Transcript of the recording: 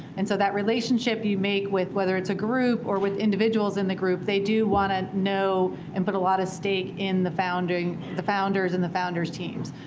and so that relationship you make, whether it's a group or with individuals in the group, they do want to know and put a lot of stake in the founders and the founders' and the founders' teams.